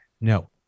No